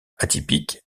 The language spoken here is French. atypique